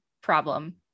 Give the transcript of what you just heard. problem